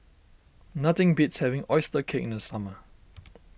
nothing beats having Oyster Cake in the summer